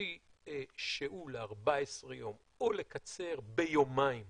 כפי שהוא ל-14 יום או לקצר ביומיים בלבד,